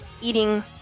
eating